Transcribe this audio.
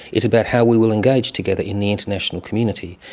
it's about how we will engage together in the international community.